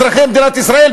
אזרחי מדינת ישראל,